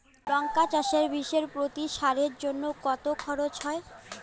লঙ্কা চাষে বিষে প্রতি সারের জন্য খরচ কত হয়?